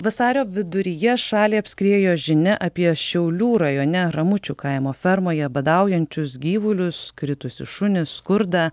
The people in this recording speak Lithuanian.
vasario viduryje šalį apskriejo žinia apie šiaulių rajone ramučių kaimo fermoje badaujančius gyvulius kritusius šunis skurdą